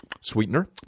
Sweetener